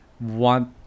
want